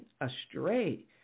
astray